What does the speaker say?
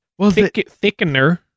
Thickener